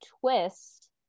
twist